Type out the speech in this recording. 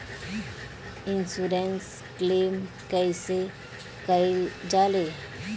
Insurance claim कइसे कइल जा ले?